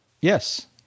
Yes